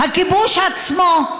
הכיבוש עצמו.